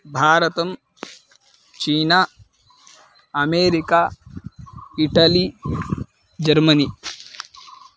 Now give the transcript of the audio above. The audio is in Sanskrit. भारतं चीना अमेरिका इटली जर्मनी